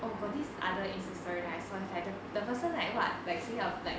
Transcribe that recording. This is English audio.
oh got this other Insta story that I saw it's either the person like what like sing out like